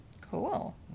Cool